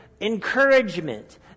encouragement